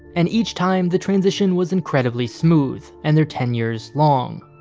and each time the transition was incredibly smooth, and their tenures long.